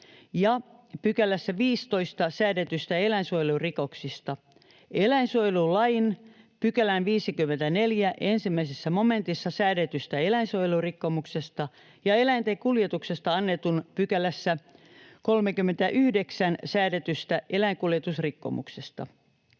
ja 15 §:ssä säädetyistä eläinsuojelurikoksista, eläinsuojelulain 54 §:n 1 momentissa säädetystä eläinsuojelurikkomuksesta ja eläinten kuljetuksesta annetun lain 39 §:ssä säädetystä eläinkuljetusrikkomuksesta.